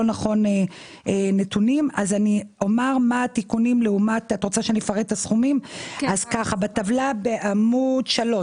נכון נתונים אז אני אומר את התיקונים: בטבלה בעמוד 3,